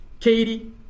Katie